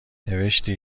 نوشتی